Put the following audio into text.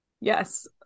yes